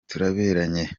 turaberanye